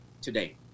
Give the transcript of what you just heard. today